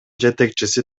жетекчиси